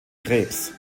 krebs